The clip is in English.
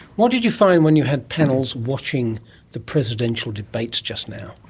what did you find when you had panels watching the presidential debates just now?